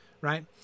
right